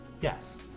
Yes